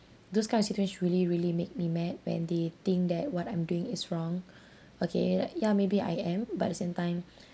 those kind of situations really really make me mad when they think that what I'm doing is wrong okay like ya maybe I am but at the same time